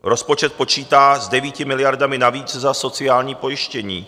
Rozpočet počítá s 9 miliardami navíc za sociální pojištění.